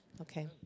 Okay